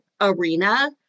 arena